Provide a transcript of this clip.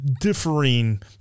differing